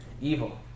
evil